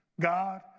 God